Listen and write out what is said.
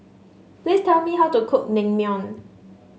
please tell me how to cook Naengmyeon